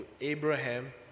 Abraham